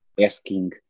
asking